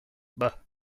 bah